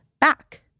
back